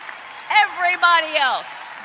everybody else.